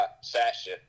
Sasha